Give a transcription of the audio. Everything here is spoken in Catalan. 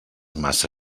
maça